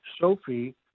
Sophie